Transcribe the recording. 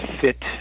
fit